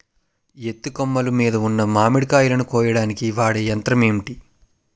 ఎత్తు కొమ్మలు మీద ఉన్న మామిడికాయలును కోయడానికి వాడే యంత్రం ఎంటి?